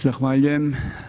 Zahvaljujem.